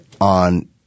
on